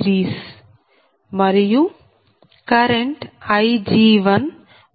5మరియు current Ig1